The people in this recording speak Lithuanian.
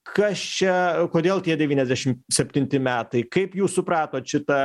kas čia kodėl tie devyniasdešim septinti metai kaip jūs supratot šitą